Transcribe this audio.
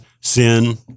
sin